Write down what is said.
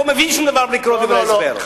מבין שום דבר בלי לקרוא את דברי ההסבר.